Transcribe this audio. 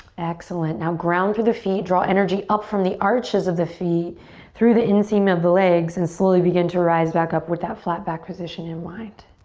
excellent, now ground through the feet. draw energy up from the arches of the feet through the inseam of the legs and slowly begin to rise back up with that flat back position in mind.